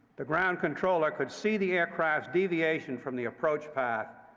the ground controller could see the aircraft's deviation from the approach path,